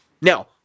Now